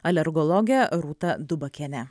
alergologę rūtą dubakienę